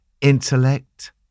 intellect